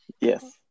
Yes